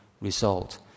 result